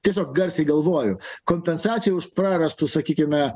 tiesiog garsiai galvoju kompensacijų už prarastus sakykime